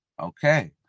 Okay